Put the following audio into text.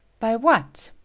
by what?